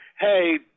Hey